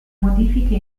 modifiche